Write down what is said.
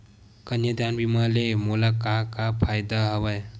कन्यादान बीमा ले मोला का का फ़ायदा हवय?